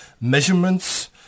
measurements